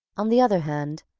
on the other hand,